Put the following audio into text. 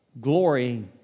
glory